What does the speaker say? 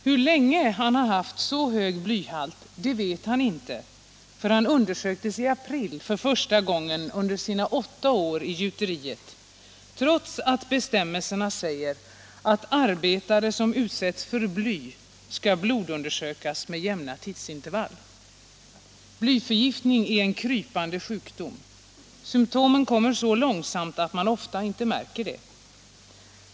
Hur länge han haft så hög blyhalt vet han inte, för han undersöktes i april för första gången under sina åtta år i gjuteriet, trots att bestämmelserna säger att arbetare som utsätts för bly skall blodundersökas med jämna tidsintervall. Blyförgiftning är en krypande sjukdom. Symtomen kommer så långsamt att man ofta inte märker det.